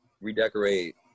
redecorate